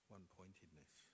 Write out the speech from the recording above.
one-pointedness